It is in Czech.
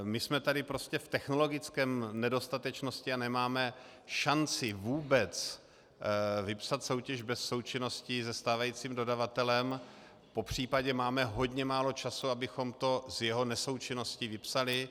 My jsme tady v technologické nedostatečnosti a nemáme šanci vůbec vypsat soutěž bez součinnosti se stávajícím dodavatelem, popř. máme hodně málo času, abychom to s jeho nesoučinností vypsali.